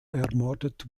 ermordet